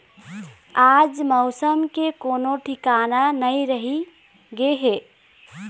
आज मउसम के कोनो ठिकाना नइ रहि गे हे